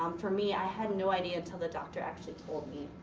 um for me, i had no idea until the doctor actually told me.